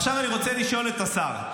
עכשיו אני רוצה לשאול את השר,